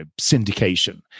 syndication